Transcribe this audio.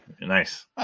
nice